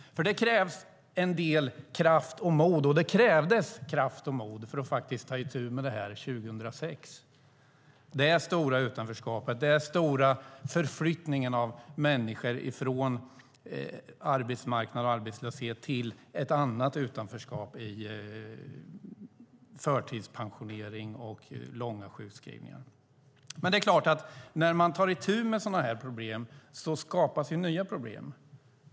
Det krävs nämligen en del kraft och mod, och det krävdes kraft och mod för att faktiskt ta itu med detta 2006. Det stora utanförskapet handlade om den stora förflyttningen av människor från arbetsmarknad till arbetslöshet och till ett annat utanförskap i förtidspensionering och långa sjukskrivningar. Men när man tar itu med sådana problem skapas nya problem.